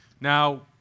Now